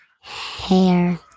hair